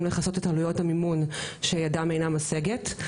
לכסות את עלויות המימון שידם אינה משגת.